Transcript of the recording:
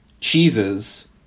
cheeses